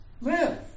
Live